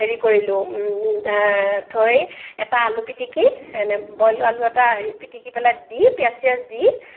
হেৰি কৰিলোঁ থৈ এটা আলু পিটিকি বইল আলু এটা হেৰি পিটিকি পেলাই দি পিঁয়াজ চিয়াজ দি